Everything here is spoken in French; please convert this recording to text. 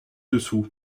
dessous